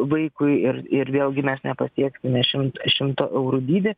vaikui ir ir vėlgi mes nepasieksime šim šimto eurų dydį